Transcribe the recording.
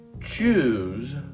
choose